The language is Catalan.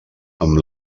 amb